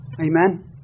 Amen